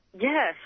yes